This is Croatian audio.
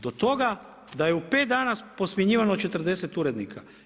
Do toga da je u 5 dana posmjenjivano 40 urednika.